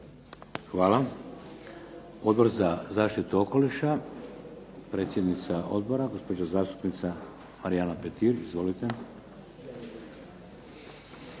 Hvala. Odbor za zaštitu okoliša? Predsjednica Odbora gospođa zastupnica Marijana Petir. Izvolite.